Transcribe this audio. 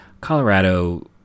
Colorado